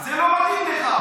זה לא מתאים לך.